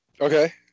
Okay